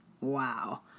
wow